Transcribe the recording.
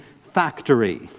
factory